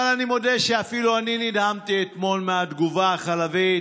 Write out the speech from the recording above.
אבל אני מודה שאפילו אני נדהמתי אתמול מהתגובה החלבית